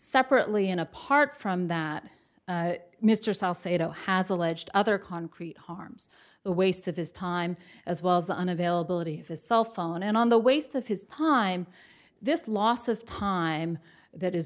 separately and apart from that mr saul sado has alleged other concrete harms the waste of his time as well as an availability of a cell phone and on the waste of his time this loss of time that is